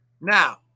Now